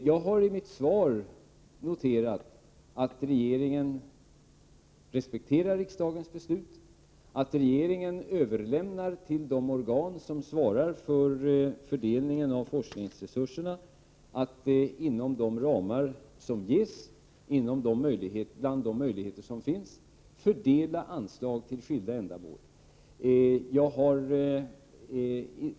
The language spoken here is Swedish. Jag har i mitt svar noterat att regeringen respekterar riksdagens beslut och att regeringen överlämnar till de organ som svarar för fördelningen av forskningsresurserna att inom de ramar och möjligheter som finns fördela anslag till skilda ändamål.